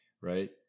right